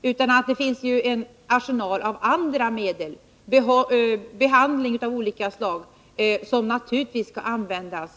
Det finns en arsenal av andra medel, t.ex. behandling av olika slag, som naturligtvis skall användas.